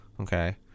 Okay